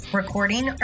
recording